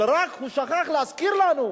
אבל רק הוא שכח להזכיר לנו,